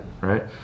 right